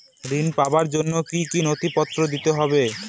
ঋণ পাবার জন্য কি কী নথিপত্র দিতে হবে?